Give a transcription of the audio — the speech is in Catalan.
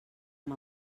amb